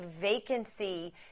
vacancy